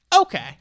Okay